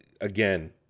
Again